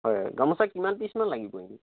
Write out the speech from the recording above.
হয় গামোচা কিমান পিচমান লাগিব এনেই